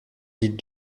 l’île